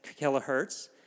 kilohertz